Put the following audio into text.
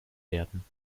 werden